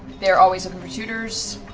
they're always looking for tutors.